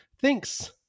Thanks